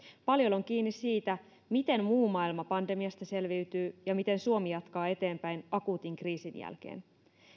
paljon on kiinni siitä miten muu maailma pandemiasta selviytyy ja miten suomi jatkaa eteenpäin akuutin kriisin jälkeen